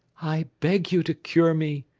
i beg you to cure me,